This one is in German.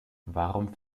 warum